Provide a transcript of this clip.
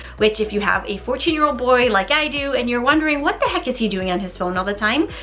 which if you have a fourteen year old boy like i do and you're wondering what the heck is he doing on his phone all the time,